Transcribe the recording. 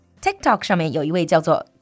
TikTok上面有一位叫做